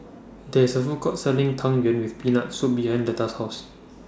There IS A Food Court Selling Tang Yuen with Peanut Soup behind Letta's House